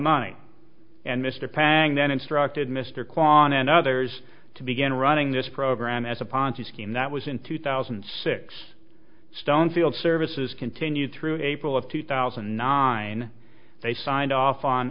money and mr pag then instructed mr kwan and others to begin running this program as a ponzi scheme that was in two thousand and six stone field services continued through april of two thousand and nine they signed off on